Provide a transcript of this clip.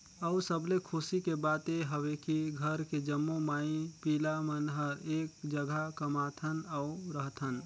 अउ सबले खुसी के बात ये हवे की घर के जम्मो माई पिला मन हर एक जघा कमाथन अउ रहथन